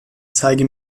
zeige